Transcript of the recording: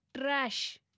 trash